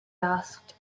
asked